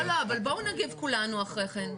לא, לא, אבל בואו נגיב כולנו אחרי כן.